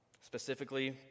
Specifically